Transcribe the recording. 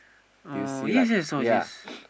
oh yes yes I saw yes